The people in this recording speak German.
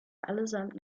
allesamt